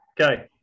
Okay